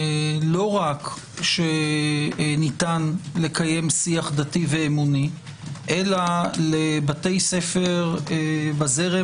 רק שניתן לקיים שיח דתי ואמוני אלא לבתי ספר בזרם